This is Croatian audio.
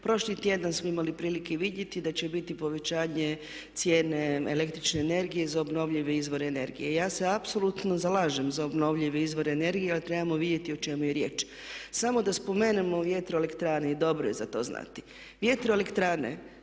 Prošli tjedan smo imali prilike i vidjeti da će biti povećanje cijene električne energije za obnovljive izvore energije. I ja se apsolutno zalažem za obnovljive izvore energije ali trebamo vidjeti o čemu je riječ. Samo da spomenemo vjetroelektrane i dobro je za to znati. Vjetroelektrane